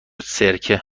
سرکه